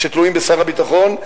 שתלויים בשר הביטחון,